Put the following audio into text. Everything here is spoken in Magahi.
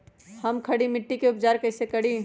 हम खड़ी मिट्टी के उपचार कईसे करी?